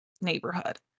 neighborhood